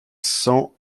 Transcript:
cents